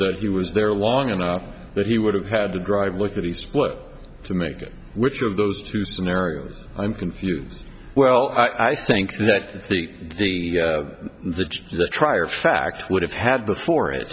that he was there long enough that he would have had to drive like that he split to make it which of those two scenarios i'm confused well i think that the the the trier of fact would have had before it